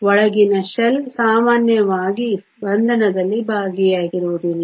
ಒಳಗಿನ ಶೆಲ್ ಸಾಮಾನ್ಯವಾಗಿ ಬಂಧದಲ್ಲಿ ಭಾಗಿಯಾಗಿರುವುದಿಲ್ಲ